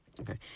Okay